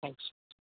thank you